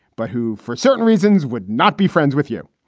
but who for certain reasons would not be friends with you.